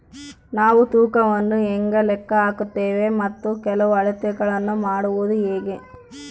ನಾವು ತೂಕವನ್ನು ಹೇಗೆ ಲೆಕ್ಕ ಹಾಕುತ್ತೇವೆ ಮತ್ತು ಕೆಲವು ಅಳತೆಗಳನ್ನು ಮಾಡುವುದು ಹೇಗೆ?